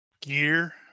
Gear